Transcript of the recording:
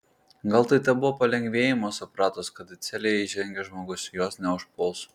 gal tai tebuvo palengvėjimas supratus kad į celę įžengęs žmogus jos neužpuls